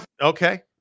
Okay